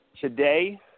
today